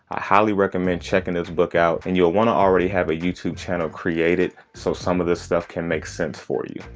i highly recommend checking this book out. and you'll wanna already have a youtube channel created, so some of this stuff can make sense for you.